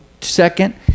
second